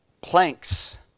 planks